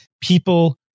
people